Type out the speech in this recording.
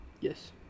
Yes